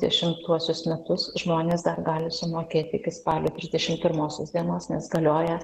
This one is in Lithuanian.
dešimtuosius metus žmonės dar gali sumokėti iki spalio trisdešimt pirmosios dienos nes galioja